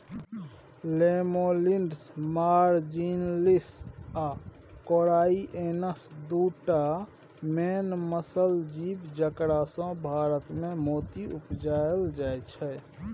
Lamellidens marginalis आ कोराइएनस दु टा मेन मसल जीब जकरासँ भारतमे मोती उपजाएल जाइ छै